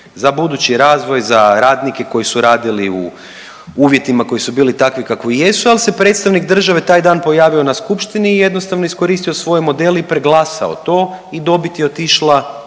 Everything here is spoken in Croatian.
za budući razvoj, za radnike koji su radili u uvjetima koji su bili takvi kakvi jesu, al se predstavnik države taj dan pojavio na skupštini i jednostavno iskoristio svoj model i preglasao to i dobit je otišla